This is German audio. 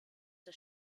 das